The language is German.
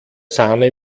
sahne